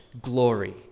glory